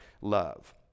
love